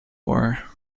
war